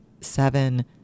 seven